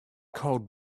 cold